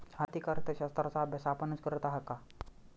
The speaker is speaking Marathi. आर्थिक अर्थशास्त्राचा अभ्यास आपणच करत आहात का?